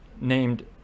named